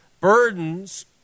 Burdens